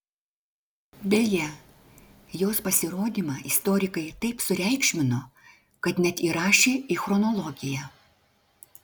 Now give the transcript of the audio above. beje jos pasirodymą istorikai taip sureikšmino kad net įrašė į chronologiją